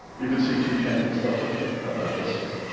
you could see two candles separately at that distance.